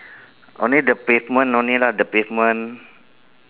only the pavement only lah the pavement